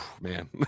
man